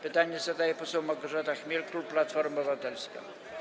Pytanie zadaje poseł Małgorzata Chmiel, klub Platforma Obywatelska.